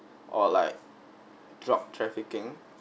or like drug trafficking